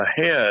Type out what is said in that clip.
ahead